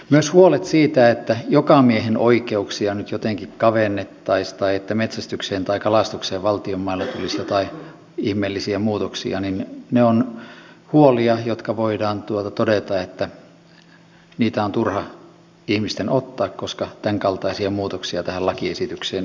myös huolet siitä että jokamiehenoikeuksia nyt jotenkin kavennettaisiin tai että metsästykseen tai kalastukseen valtion mailla tulisi joitain ihmeellisiä muutoksia ovat huolia joihin voidaan todeta että niitä on turha ihmisten ottaa koska tämänkaltaisia muutoksia tähän lakiesitykseen ei sisälly